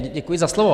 Děkuji za slovo.